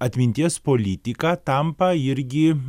atminties politika tampa irgi